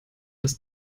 das